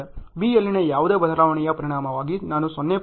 B ಯಲ್ಲಿನ ಯಾವುದೇ ಬದಲಾವಣೆಯ ಪರಿಣಾಮವಾಗಿ ನಾನು 0